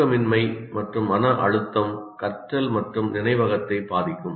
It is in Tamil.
தூக்கமின்மை மற்றும் மன அழுத்தம் கற்றல் மற்றும் நினைவகத்தை பாதிக்கும்